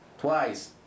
twice